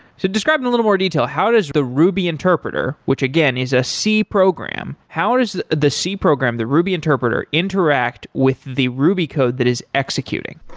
so describe in a little more detail. how does the ruby interpreter, which again, is a c program. how does the c program, the ruby interpreter interact with the ruby code that is executing?